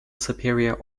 superior